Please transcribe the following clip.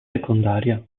secondaria